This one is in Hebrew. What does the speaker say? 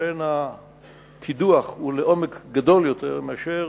שאכן הקידוח הוא לעומק גדול יותר מאשר